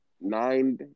nine